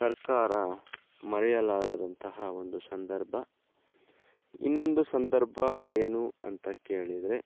ಸರ್ಕಾರ ಮರೆಯಲಾಗದಂತಹ ಒಂದು ಸಂದರ್ಭ ಇನ್ನೊಂದು ಸಂದರ್ಭ ಏನು ಅಂತ ಕೇಳಿದರೆ